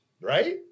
right